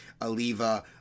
Aliva